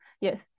Yes